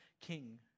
king